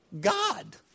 God